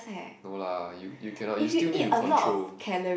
no lah you you cannot you still need to control